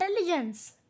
intelligence